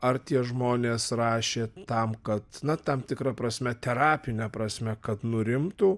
ar tie žmonės rašė tam kad na tam tikra prasme terapine prasme kad nurimtų